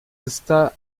está